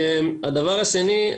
הדבר השני,